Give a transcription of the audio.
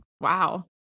Wow